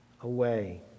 away